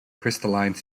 crystalline